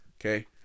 okay